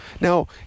Now